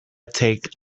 take